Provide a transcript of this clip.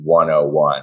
101